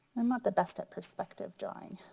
i'm not the best at perspective drawing